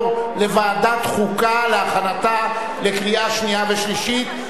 לוועדת החוקה להכנתה לקריאה שנייה ושלישית,